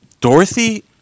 Dorothy